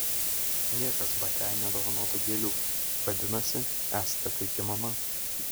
niekas batiai nedovanotų gėlių vadinasi esate puiki mama